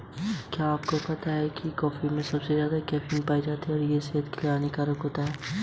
क्या मैं यू.पी.आई का उपयोग करके उन लोगों के पास पैसे भेज सकती हूँ जिनके पास बैंक खाता नहीं है?